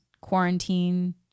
quarantine